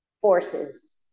forces